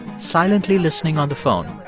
silently listening on the phone.